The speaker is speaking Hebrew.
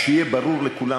אז שיהיה ברור לכולם,